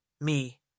Me